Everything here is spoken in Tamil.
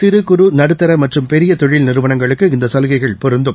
சிறு குறு நடுத்தரமற்றும் பெரியதொழில் நிறுவனங்களுக்கு இந்தசலுகைகள் பொருந்தும்